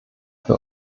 für